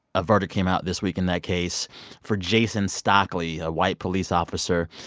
a verdict came out this week in that case for jason stockley, a white police officer.